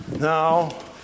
Now